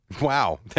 Wow